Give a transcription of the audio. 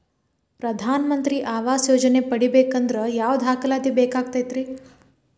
ಪ್ರಧಾನ ಮಂತ್ರಿ ಆವಾಸ್ ಯೋಜನೆ ಪಡಿಬೇಕಂದ್ರ ಯಾವ ದಾಖಲಾತಿ ಬೇಕಾಗತೈತ್ರಿ?